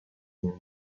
une